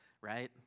right